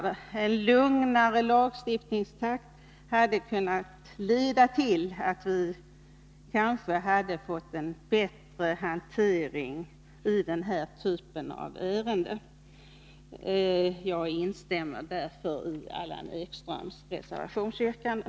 En lugnare lagstiftningstakt hade kunnat leda till att vi fått en bättre hantering i denna typ av ärenden. Jag instämmer därför i Allan Ekströms reservationsyrkanden.